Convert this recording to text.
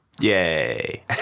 Yay